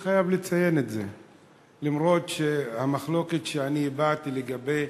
אני חייב לציין את זה, למרות המחלוקת שהבעתי לגבי